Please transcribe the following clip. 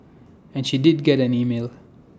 and she did get an email